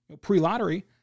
pre-lottery